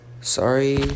sorry